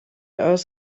earth